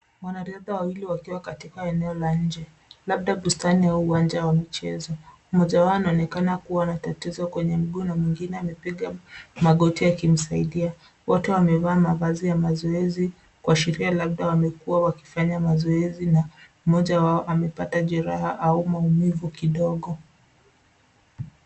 Mwanariadha wawili wakiwa katika eneo la nje labda bustani au uwanja wa michezo. Mmoja wao anaonekana kuwa na tatizo kwenye mguu na mwingine amepiga magoti akimsaidia. Wote wamevaa mavazi ya mazoezi kuashiria labda wamekua wakifanya mazoezi na mmoja wao amepata jeraha au maumivu kidogo.